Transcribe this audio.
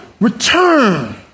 Return